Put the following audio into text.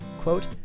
Quote